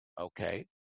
Okay